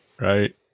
right